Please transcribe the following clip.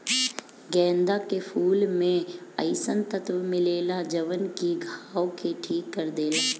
गेंदा के फूल में अइसन तत्व मिलेला जवन की घाव के ठीक कर देला